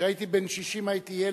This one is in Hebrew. כשהייתי בן 60 הייתי ילד.